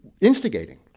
instigating